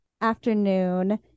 afternoon